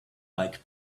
like